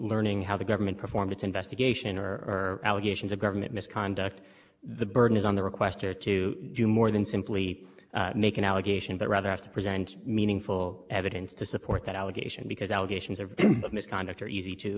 government performed its investigation or allegations of government misconduct the burden is on the requester to do more than simply make an allegation but rather have to present meaningful evidence to support that allegation because allegations of misconduct are easy to to assert